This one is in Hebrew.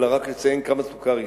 אלא רק לציין כמה סוכר יש.